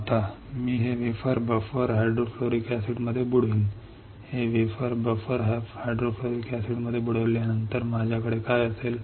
आता मी हे वेफर बफर हायड्रोफ्लोरिक acidसिडमध्ये बुडवीन हे वेफर बफर हायड्रोफ्लोरिक acidसिडमध्ये बुडवल्यावर माझ्याकडे काय असेल